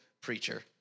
preacher